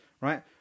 right